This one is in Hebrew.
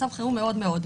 מצב חירום מאוד-מאוד.